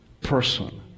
person